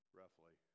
roughly